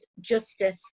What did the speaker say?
justice